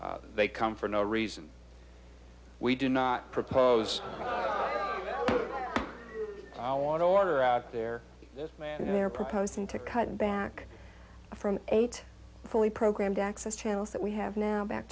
they come for no reason we do not propose i want to order out there and they are proposing to cut back from eight fully programmed access trails that we have now back